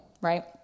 right